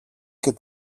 και